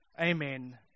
Amen